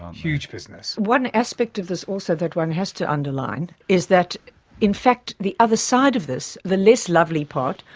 huge business, yes. one aspect of this also that one has to underline is that in fact the other side of this, the less lovely part,